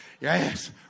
Yes